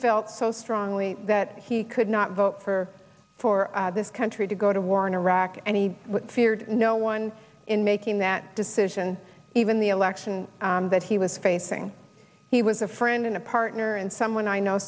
felt so strongly that he could not vote for for this country to go to war in iraq and he feared no one in making that decision even the election that he was facing he was a friend and a partner and someone i know